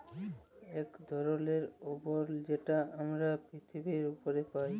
ইক ধরলের আবরল যেট আমরা পিরথিবীর উপরে পায়